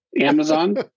Amazon